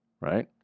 right